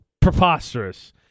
preposterous